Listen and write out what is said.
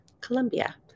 colombia